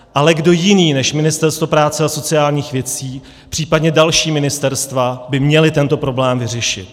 Ale kdo jiný než Ministerstvo práce a sociálních věcí, případně další ministerstva, by měl tento problém vyřešit.